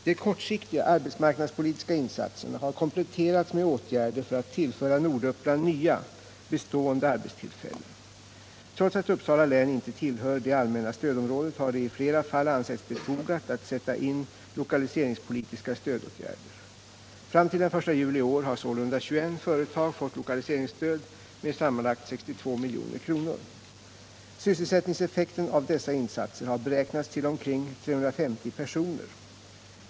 De kortsiktiga, arbetsmarknadspolitiska insatserna har kompletterats med åtgärder för att tillföra Norduppland nya, bestående arbetstillfällen. Trots att Uppsala län inte tillhör det allmänna stödområdet har det i flera fall ansetts befogat att sätta in lokaliseringspolitiska stödåtgärder. Fram till den 1 juli i år har sålunda 21 företag fått lokaliseringsstöd med sammanlagt 62 milj.kr. Sysselsättningseffekten av dessa insatser har beräknats till omkring 350 personer.